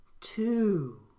two